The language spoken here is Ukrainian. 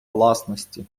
власності